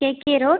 KK road